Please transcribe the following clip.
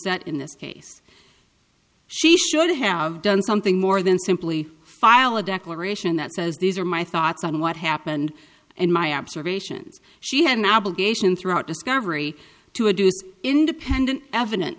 that in this case she should have done something more than simply file a declaration that says these are my thoughts on what happened and my observations she had an obligation throughout discovery to a deuced independent evidence